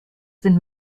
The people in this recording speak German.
sind